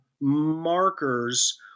markers